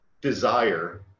desire